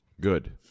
Good